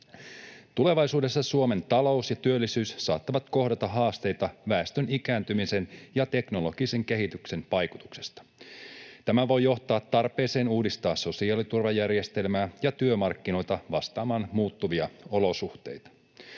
Tulevaisuudessa Suomen talous ja työllisyys saattavat kohdata haasteita väestön ikääntymisen ja teknologisen kehityksen vaikutuksesta. Tämä voi johtaa tarpeeseen uudistaa sosiaaliturvajärjestelmää ja työmarkkinoita vastaamaan muuttuvia olosuhteita.